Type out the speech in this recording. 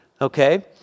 okay